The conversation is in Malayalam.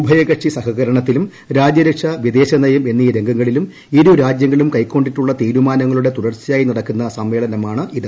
ഉഭയകക്ഷി സഹകരണത്തിലും രാജ്യരക്ഷ വിദേശനയം എന്നീ രംഗങ്ങളിലും ഇരു രാജ്യങ്ങളും കൈക്കൊണ്ടിട്ടുള്ള തീരുമാനങ്ങളുടെ തുടർച്ചയായി നടക്കുന്ന സമ്മേളനമാണിത്